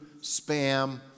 spam